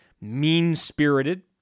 mean-spirited